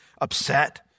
upset